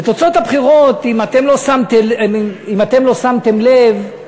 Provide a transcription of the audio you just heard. תוצאות הבחירות, אם אתם לא שמתם לב,